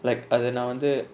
like அது நா வந்து:athu na vanthu